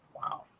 Wow